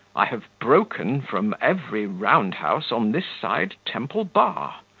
i have broken from every round-house on this side temple-bar.